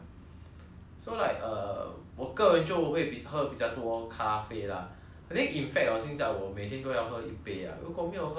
so like err 我个人就会喝比较多咖啡 lah and then in fact hor 现在每天都要喝一杯 ah 如果没有喝的话 I think